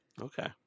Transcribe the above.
Okay